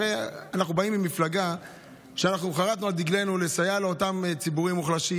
הרי אנחנו באים ממפלגה שבה חרתנו על דגלנו לסייע לאותם ציבורים מוחלשים.